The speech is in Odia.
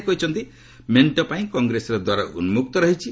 ସେ କହିଛନ୍ତି ମେଣ୍ଟ ପାଇଁ କଗ୍ରେସର ଦ୍ୱାର ଉନ୍କକ୍ତ ରହିଛି